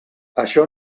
això